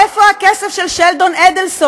איפה הכסף של שלדון אדלסון?